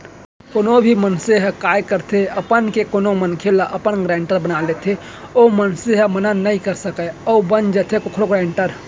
कोनो भी मनसे ह काय करथे आपस के कोनो मनखे ल अपन गारेंटर बना लेथे ओ मनसे ह मना नइ कर सकय अउ बन जाथे कखरो गारेंटर